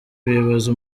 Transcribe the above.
bibabaza